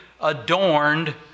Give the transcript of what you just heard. adorned